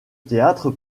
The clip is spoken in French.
théâtres